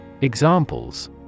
Examples